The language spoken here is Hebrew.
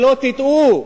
שלא תטעו.